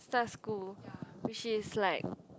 start school which is like